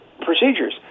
procedures